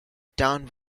town